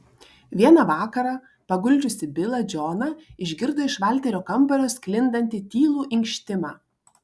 vieną vakarą paguldžiusi bilą džoną išgirdo iš valterio kambario sklindantį tylų inkštimą